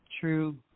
True